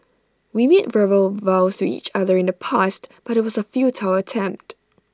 we made verbal vows to each other in the past but IT was A futile attempt